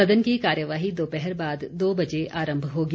सदन की कार्यवाही दोपहर बाद दो बजे आरम्भ होगी